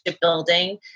building